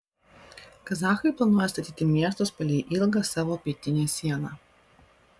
kazachai planuoja statyti miestus palei ilgą savo pietinę sieną